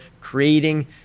creating